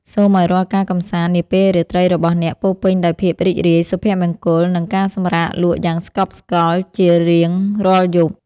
សូមឱ្យរាល់ការកម្សាន្តនាពេលរាត្រីរបស់អ្នកពោរពេញដោយភាពរីករាយសុភមង្គលនិងការសម្រាកលក់យ៉ាងស្កប់ស្កល់ជារៀងរាល់យប់។